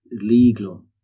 legal